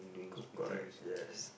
c~ correct yes